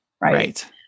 right